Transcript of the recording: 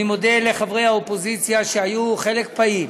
אני מודה לחברי האופוזיציה, שהיו חלק פעיל